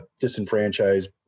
disenfranchised